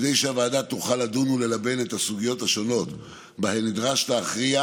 וכדי שהוועדה תוכל לדון וללבן את הסוגיות השונות שבהן נדרש להכריע,